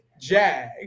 Jag